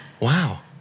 Wow